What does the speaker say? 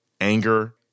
anger